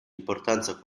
importanza